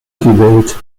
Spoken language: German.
gewählt